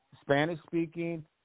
Spanish-speaking